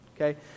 Okay